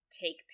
take